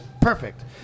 perfect